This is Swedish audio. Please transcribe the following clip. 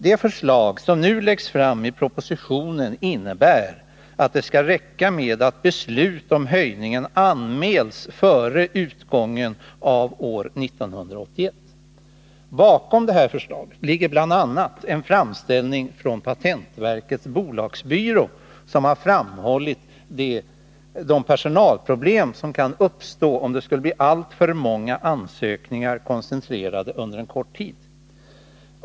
Det förslag som nu läggs fram i propositionen innebär att det skall räcka med att beslut om höjning anmäls före utgången av år 1981. Bakom detta förslag ligger bl.a. en framställning från patentverkets bolagsbyrå, som har framhållit de personalproblem som kan uppstå, om det skulle bli alltför många ansökningar koncentrerade under en kort tid.